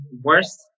worse